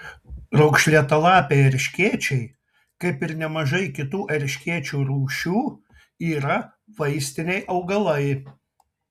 raukšlėtalapiai erškėčiai kaip ir nemažai kitų erškėčių rūšių yra vaistiniai augalai